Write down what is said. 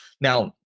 Now